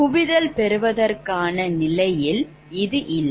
குவிதல் பெறுவதற்கான நிலையில் இது இல்லை